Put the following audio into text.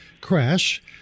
crash